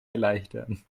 erleichtern